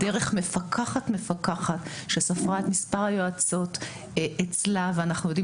דרך מפקחת-מפקחת שספרה את מספר היועצות אצלה ואנחנו יודעים